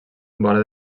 vora